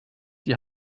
die